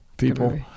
people